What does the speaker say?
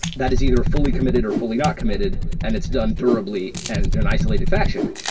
that is either fully committed or fully not committed and it's done durably and in an isolated fashion.